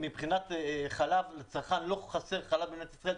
מבחינת חלב לצרכן לא חסר חלב במדינת ישראל,